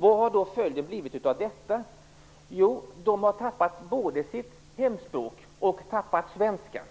Vad har då följden blivit? Jo, de har tappat både sitt hemspråk och svenskan.